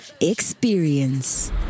Experience